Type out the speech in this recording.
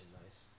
nice